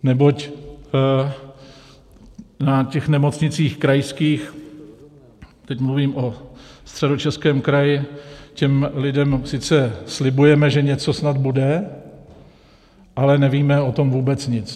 Neboť na těch nemocnicích krajských teď mluvím o Středočeském kraji těm lidem sice slibujeme, že něco snad bude, ale nevíme o tom vůbec nic.